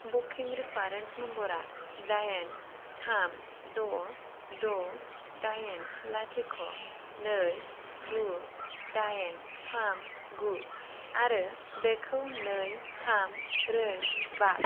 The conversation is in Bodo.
बुकिं रिफारेन्स नम्बरा दाइन थाम द' द' दाइन लाथिख' नै गु दाइन थाम गु आरो बेखौ नै थाम ब्रै बा